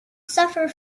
suffer